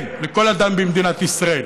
כן, לכל אדם במדינת ישראל